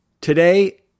Today